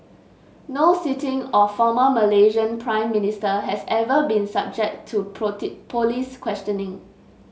no sitting or former Malaysian Prime Minister has ever been subject to police questioning